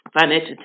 Financial